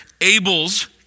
Abel's